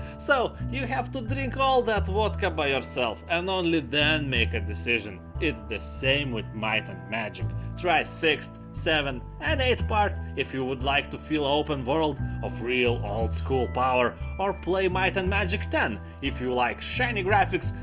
so you have to drink all that vodka by yourself and only then make a decision. it's the same with might and magic. try sixth, seventh and eighth part if you would like to feel open world of real oldschool power or play might and magic ten if you like shiny graphics,